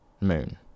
moon